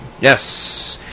Yes